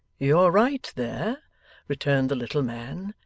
you're right there returned the little man,